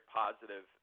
positive